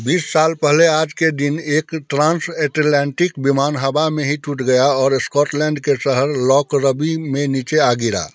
बीस साल पहले आज के दिन एक ट्रान्श ऐटलांटिक विमान हवा में ही टूट गया और स्कॉटलैण्ड के शहर लौकोरोबी में नीचे आ गिरा